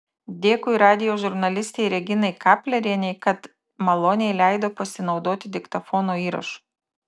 dėkui radijo žurnalistei reginai kaplerienei kad maloniai leido pasinaudoti diktofono įrašu